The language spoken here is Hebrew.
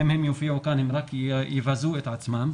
אם הם יופיעו כאן, הם רק יבזו את עצמם.